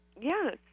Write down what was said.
Yes